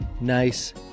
nice